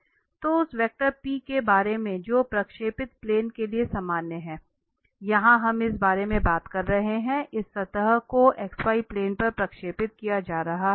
तो उस वेक्टर के बारे में जो प्रक्षेपित प्लेन के लिए सामान्य है यहां हम इस बारे में बात कर रहे हैं कि इस सतह को xy प्लेन पर प्रक्षेपित किया जा रहा है